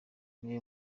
niwe